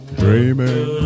dreaming